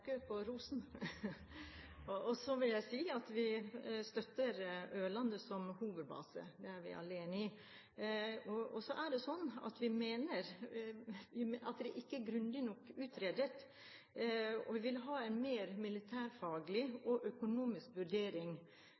for rosen. Så vil jeg si at vi støtter Ørland som hovedbase – det er vi alle enige om. Vi mener det ikke er grundig nok utredet. Vi vil ha en mer militærfaglig og økonomisk vurdering.